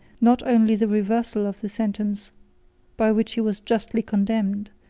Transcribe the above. not only the reversal of the sentence by which he was justly condemned,